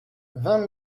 vingt